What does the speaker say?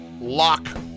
lock